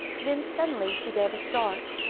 then suddenly she gave a start.